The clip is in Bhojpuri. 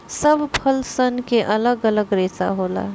सब फल सन मे अलग अलग रेसा होला